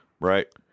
Right